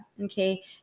Okay